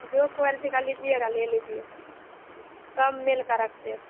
जो क्वेलटी का लीजिएगा ले लीजिए सब मिलकर रखते हैं